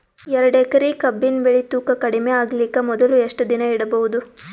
ಎರಡೇಕರಿ ಕಬ್ಬಿನ್ ಬೆಳಿ ತೂಕ ಕಡಿಮೆ ಆಗಲಿಕ ಮೊದಲು ಎಷ್ಟ ದಿನ ಇಡಬಹುದು?